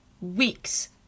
weeks